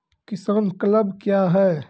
किसान क्लब क्या हैं?